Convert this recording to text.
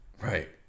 right